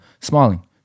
Smiling